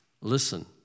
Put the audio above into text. listen